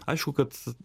aišku kad